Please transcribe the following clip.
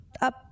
up